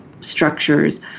structures